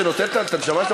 שנותנת את הנשמה שלה,